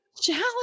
Challenge